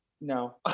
no